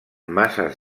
masses